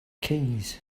keys